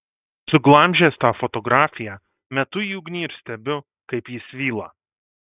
suglamžęs tą fotografiją metu į ugnį ir stebiu kaip ji svyla